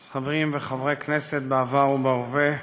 שרים וחברי כנסת בעבר ובהווה,